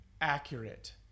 accurate